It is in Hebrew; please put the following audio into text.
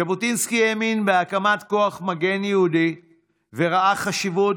ז'בוטינסקי האמין בהקמת כוח מגן יהודי וראה חשיבות